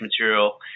material